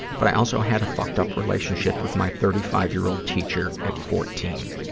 but i also had a fucked-up relationship with my thirty five year old teacher at fourteen.